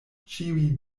ĉiuj